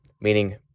meaning